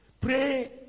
Pray